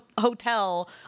hotel